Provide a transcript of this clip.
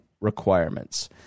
requirements